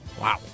Wow